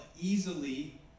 easily